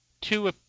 two